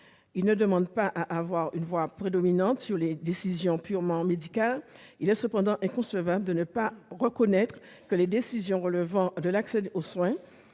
Ils ne demandent pas à avoir une voix prédominante sur les décisions purement médicales. Il est cependant inconcevable de ne pas reconnaître que les décisions relevant de l'accès aux soins